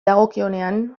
dagokionean